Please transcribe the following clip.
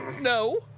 no